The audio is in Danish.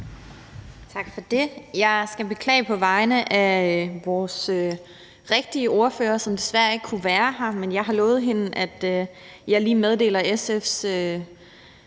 Tak for det. Jeg skal beklage på vegne af vores rigtige ordfører, som desværre ikke kunne være her, men jeg har lovet hende, at jeg lige meddeler SF's